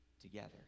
together